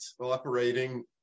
operating